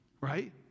right